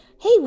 hey